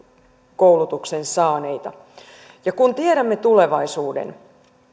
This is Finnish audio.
koulutuksen saaneita kun tiedämme tulevaisuuden